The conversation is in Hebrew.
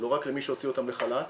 לא רק למי שהוציא אותם לחל"ת.